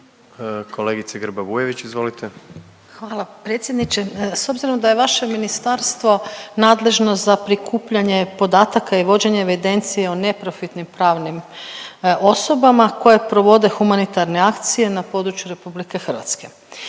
izvolite. **Grba-Bujević, Maja (HDZ)** Hvala predsjedniče. S obzirom da je vaše ministarstvo nadležno za prikupljanje podataka i vođenje evidencije o neprofitnim pravnim osobama koje provode humanitarne akcije na području RH.